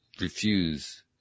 refuse